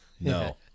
No